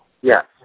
Yes